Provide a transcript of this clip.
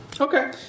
Okay